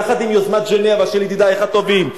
יחד עם יוזמת ז'נבה של ידידייך הטובים.